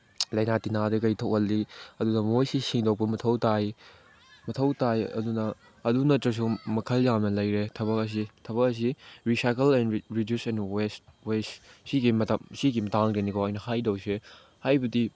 ꯂꯥꯏꯅꯥ ꯇꯤꯟꯅꯥꯗꯒꯤ ꯀꯩꯀꯩ ꯊꯣꯛꯍꯜꯂꯤ ꯑꯗꯨꯅ ꯃꯣꯏꯁꯤ ꯁꯦꯡꯗꯣꯛꯄ ꯃꯊꯧ ꯇꯥꯏ ꯃꯊꯧ ꯇꯥꯏ ꯑꯗꯨꯅ ꯑꯗꯨ ꯅꯠꯇ꯭ꯔꯁꯨ ꯃꯈꯜ ꯌꯥꯝꯅ ꯂꯩꯔꯦ ꯊꯕꯛ ꯑꯁꯤ ꯊꯕꯛ ꯑꯁꯤ recycle and reduce and waste ꯁꯤꯒꯤ ꯃꯇꯥꯡꯗꯅꯤꯀꯣ ꯑꯩꯅ ꯍꯥꯏꯗꯣꯏꯁꯦ ꯍꯥꯏꯕꯗꯤ